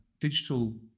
digital